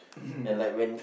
mmhmm